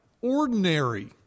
ordinary